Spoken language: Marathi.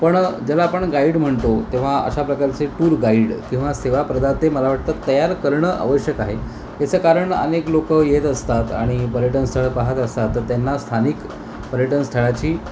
पण ज्याला आपण गाईड म्हणतो तेव्हा अशा प्रकारचे टूर गाईड किंवा सेवाप्रदाते मला वाटतं तयार करणं आवश्यक आहे याचं कारण अनेक लोकं येत असतात आणि पर्यटन स्थळं पाहात असतात तर त्यांना स्थानिक पर्यटन स्थळाची